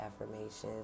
affirmations